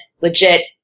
legit